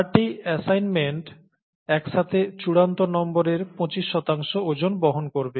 চারটি অ্যাসাইনমেন্ট একসাথে চূড়ান্ত নম্বরের 25 শতাংশ ওজন বহন করবে